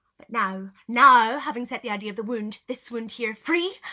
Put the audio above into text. but now, now having set the idea of the wound this wound here free.